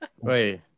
Wait